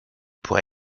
pour